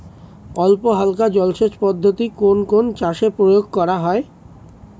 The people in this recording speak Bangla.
অল্পহালকা জলসেচ পদ্ধতি কোন কোন চাষে প্রয়োগ করা হয়?